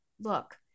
look